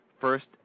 First